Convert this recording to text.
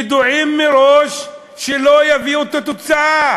ידוע מראש שלא יביא את התוצאה.